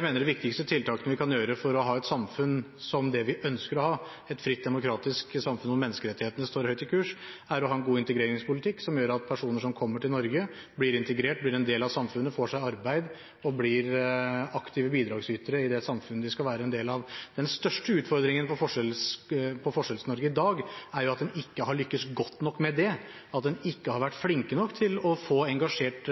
mener de viktigste tiltakene vi kan gjøre for å ha et samfunn som det vi ønsker å ha, et fritt, demokratisk samfunn der menneskerettighetene står høyt i kurs, er å ha en god integreringspolitikk som gjør at personer som kommer til Norge, blir integrert, blir en del av samfunnet, får seg arbeid og blir aktive bidragsytere i det samfunnet de skal være en del av. Den største utfordringen for Forskjells-Norge i dag, er jo at en ikke har lyktes godt nok med det, altså at en ikke har vært flink nok til å få engasjert